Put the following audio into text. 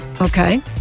Okay